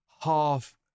half